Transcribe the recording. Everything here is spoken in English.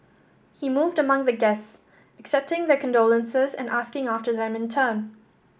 he moved among the guests accepting their condolences and asking after them in turn